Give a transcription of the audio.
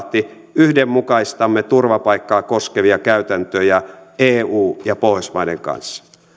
yhdenmukaistamme turvapaikkaa koskevia käytäntöjä eu ja pohjoismaiden kanssa